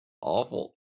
Awful